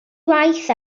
waith